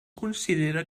considera